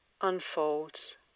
unfolds